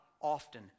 often